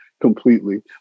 completely